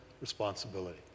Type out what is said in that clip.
responsibility